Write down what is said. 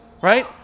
right